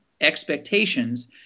expectations